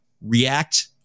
react